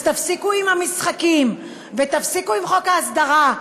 אז תפסיקו עם המשחקים ותפסיקו עם חוק ההסדרה.